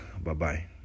Bye-bye